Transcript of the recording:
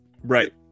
Right